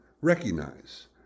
recognize